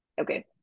Okay